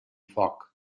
foc